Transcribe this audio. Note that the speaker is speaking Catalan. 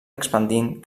expandint